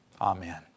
Amen